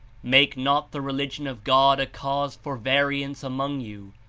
make not the religion of god a cause for variance among you.